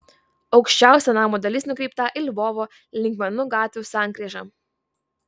aukščiausia namo dalis nukreipta į lvovo linkmenų gatvių sankryžą